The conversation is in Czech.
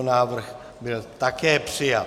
Návrh byl také přijat.